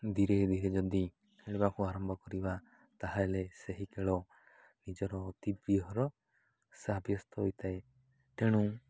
ଧୀରେ ଧୀରେ ଯଦି ଖେଳିବାକୁ ଆରମ୍ଭ କରିବା ତା'ହେଲେ ସେହି ଖେଳ ନିଜର ଅତି ପ୍ରିୟର ସାବ୍ୟସ୍ତ ହୋଇଥାଏ ତେଣୁ